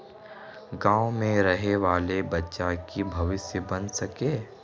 गाँव में रहे वाले बच्चा की भविष्य बन सके?